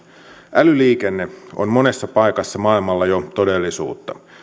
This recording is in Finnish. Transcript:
älyliikenne on monessa paikassa maailmalla jo todellisuutta